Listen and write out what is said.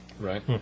Right